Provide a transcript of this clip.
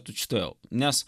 tučtuojau nes